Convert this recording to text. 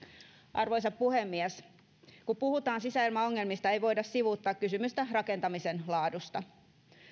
arvoisa puhemies kun puhutaan sisäilmaongelmista ei voida sivuuttaa kysymystä rakentamisen laadusta